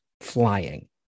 flying